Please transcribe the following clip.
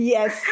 Yes